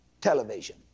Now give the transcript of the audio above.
television